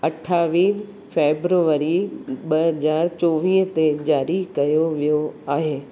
अठावीह फेबरिवरी ॿ हज़ार चोवीह ते ज़ारी कयो वियो आहे